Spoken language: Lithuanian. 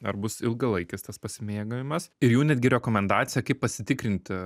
ar bus ilgalaikis tas pasimėgavimas ir jų netgi rekomendacija kaip pasitikrinti